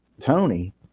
Tony